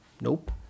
Nope